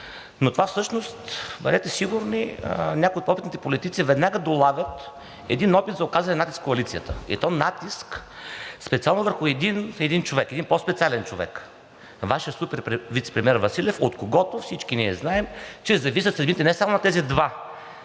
в това всъщност, бъдете сигурни, някои от опитните политици веднага долавят опит за оказване на натиск в коалицията, и то натиск специално върху един човек, един по-специален човек – Вашият супервицепремиер Василев, от когото всички ние знаем, че зависят съдбите не само на тези два